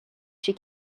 she